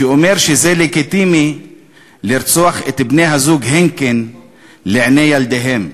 שאומר שזה לגיטימי לרצוח את בני-הזוג הנקין לעיני ילדיהם?